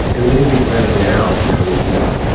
and we need to be planning now for how we do that.